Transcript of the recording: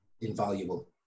invaluable